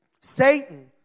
Satan